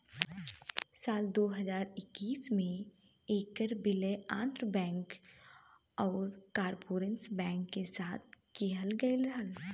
साल दू हज़ार इक्कीस में ऐकर विलय आंध्रा बैंक आउर कॉर्पोरेशन बैंक के साथ किहल गयल रहल